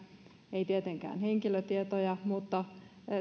ei tietenkään henkilötietoja mutta